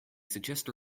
suggest